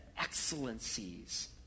excellencies